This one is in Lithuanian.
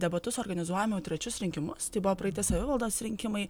debatus organizuojam jau trečius rinkimus tai buvo praeiti savivaldos rinkimai